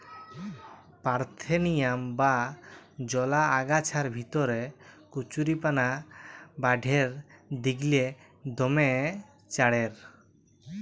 parthenium বা জলা আগাছার ভিতরে কচুরিপানা বাঢ়্যের দিগেল্লে দমে চাঁড়ের